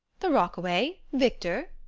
the rockaway? victor?